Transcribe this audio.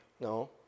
No